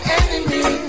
enemy